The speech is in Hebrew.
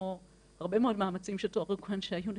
כמו הרבה מאוד מאמצים שתוארו כאן שהיו נחסכים,